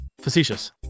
Facetious